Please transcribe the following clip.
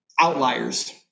outliers